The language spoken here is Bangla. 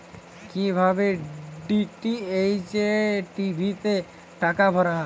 কি ভাবে ডি.টি.এইচ টি.ভি তে টাকা ভরা হয়?